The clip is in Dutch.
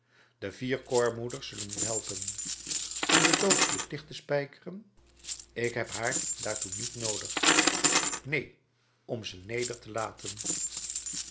de vier koormoeders zullen u helpen om de doodkist dicht te spijkeren ik heb haar daartoe niet noodig neen om ze neder te laten